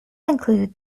include